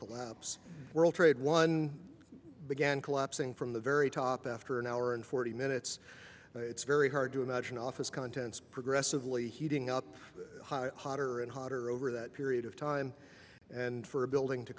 collapse world trade one began collapsing from the very top after an hour and forty minutes it's very hard to imagine office contents progressively heating up higher hotter and hotter over that period of time and for a building to